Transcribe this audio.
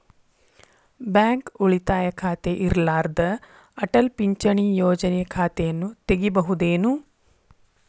Bank ಉಳಿತಾಯ ಖಾತೆ ಇರ್ಲಾರ್ದ ಅಟಲ್ ಪಿಂಚಣಿ ಯೋಜನೆ ಖಾತೆಯನ್ನು ತೆಗಿಬಹುದೇನು?